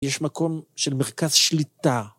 יש מקום של מרכז שליטה.